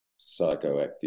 psychoactive